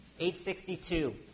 862